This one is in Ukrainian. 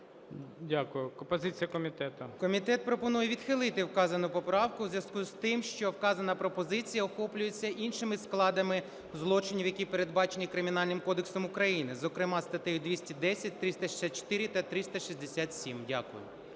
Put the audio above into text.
О.С. Комітет пропонує відхилити вказану поправку в зв'язку з тим, що вказана пропозиція охоплюється іншими складами злочинів, які передбачені Кримінальним кодексом України, зокрема статтею 210, 364 та 367. Дякую.